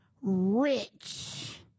rich